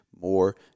more